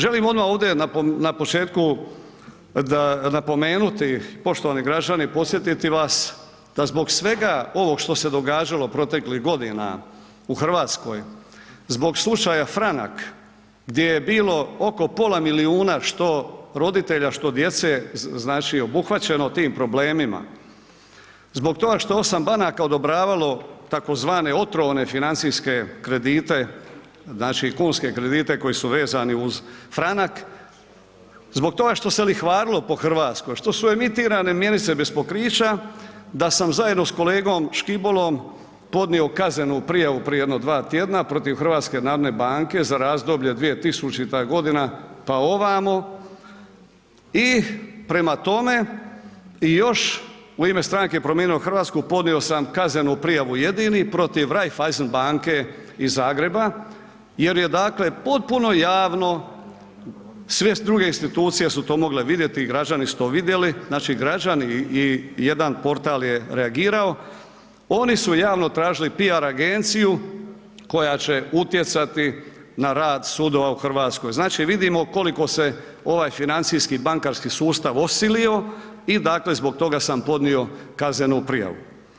Želim odma ovdje na početku napomenuti poštovani građani, podsjetiti vas da zbog svega ovog što se događalo proteklih godina u RH zbog slučaja Franak gdje je bilo oko pola milijuna što roditelja, što djece, znači obuhvaćeno tim problemima, zbog toga što je 8 banaka odobravalo tzv. otrovne financijske kredite, znači kunske kredite koji su vezani uz franak, zbog toga što se lihvarilo po RH, što su emitirane mjenice bez pokrića da sam zajedno s kolegom Škibolom podnio kaznenu prijavu prije jedno dva tjedna protiv HNB-a za razdoblje 2000.g., pa ovamo i prema tome i još u ime Stranke Promijenimo Hrvatsku podnio sam kaznenu prijavu jedini protiv Raiffeisenbanke iz Zagreba jer je dakle potpuno javno, sve druge institucije su to mogle vidjeti i građani su to vidjeli, znači građani i jedan portal je reagirao, oni su javno tražili piar agenciju koja će utjecati na rad sudova u RH, znači vidimo koliko se ovaj financijski bankarski sustav osilio i dakle zbog toga sam podnio kaznenu prijavu.